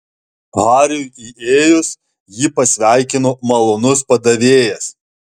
hariui įėjus jį pasveikino malonus padavėjas